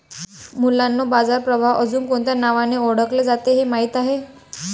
मुलांनो बाजार प्रभाव अजुन कोणत्या नावाने ओढकले जाते हे माहित आहे?